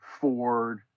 Ford